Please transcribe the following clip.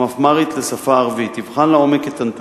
במחקר מקיף